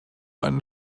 einen